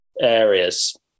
areas